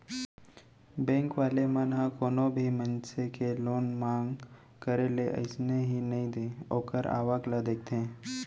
bank वाले मन ह कोनो भी मनसे के लोन मांग करे ले अइसने ही नइ दे ओखर आवक ल देखथे